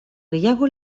gehiago